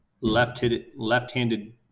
left-handed